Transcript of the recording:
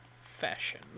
Fashion